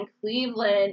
Cleveland